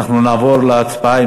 אנחנו נעבור להצבעה,